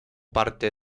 parte